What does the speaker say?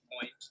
point